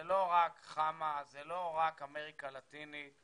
זה לא רק חמ"א, זה לא רק אמריקה לטינית,